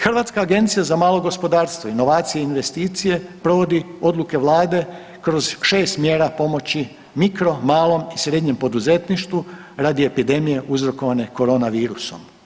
Hrvatska agencija za malo gospodarstvo, inovacije i investicije provodi odluke Vlade kroz šest mjera pomoći mikro, malo i srednjem poduzetništvu radi epidemije uzrokovane korona virusom.